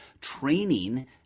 training